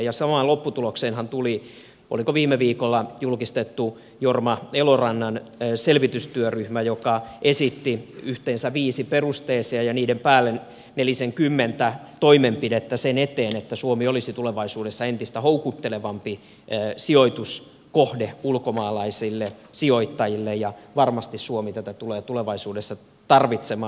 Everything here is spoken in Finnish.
samaan lopputulokseenhan tuli oliko viime viikolla julkistettu jorma elorannan selvitystyöryhmä joka esitti yhteensä viisi perusteesiä ja niiden päälle nelisenkymmentä toimenpidettä sen eteen että suomi olisi tulevaisuudessa entistä houkuttelevampi sijoituskohde ulkomaalaisille sijoittajille ja varmasti suomi tätä tulee tulevaisuudessa tarvitsemaan